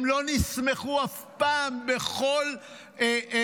הם לא נסמכו אף פעם בכל אפשרות